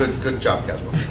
and good job, caswell.